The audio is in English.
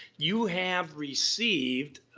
you have received,